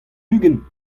ugent